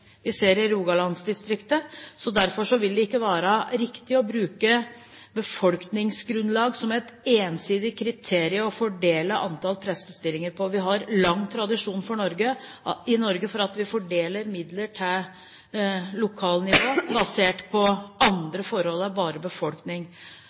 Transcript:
rogalandsdistriktet. Derfor vil det ikke være riktig å bruke befolkningsgrunnlag som et ensidig kriterium å fordele antall prestestillinger ut fra. Vi har lang tradisjon i Norge for å fordele midler til lokalnivå basert på